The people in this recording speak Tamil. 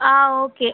ஆ ஓகே